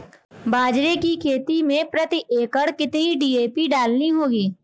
बाजरे की खेती में प्रति एकड़ कितनी डी.ए.पी डालनी होगी?